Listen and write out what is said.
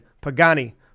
Pagani